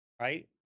Right